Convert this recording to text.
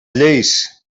lleis